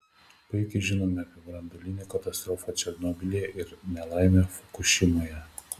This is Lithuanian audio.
puikiai žinome apie branduolinę katastrofą černobylyje ir nelaimę fukušimoje